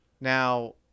Now